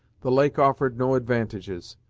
the lake offered no advantages,